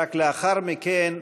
ורק לאחר מכן,